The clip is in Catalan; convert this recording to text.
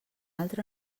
altra